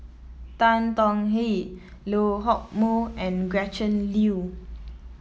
Tan Tong Hye Lee Hock Moh and Gretchen Liu